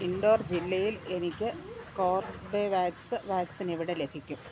indoor ജില്ലയിൽ എനിക്ക് Corbevax vaccine എവിടെ ലഭിക്കും